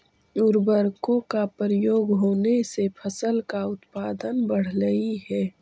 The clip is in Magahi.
उर्वरकों का प्रयोग होने से फसल का उत्पादन बढ़लई हे